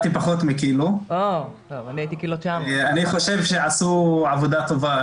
אני חושב שעשו עבודה טובה.